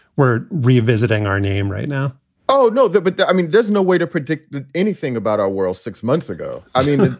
we're revisiting our name right now oh, no. but i mean, there's no way to predict anything about our world six months ago. i mean,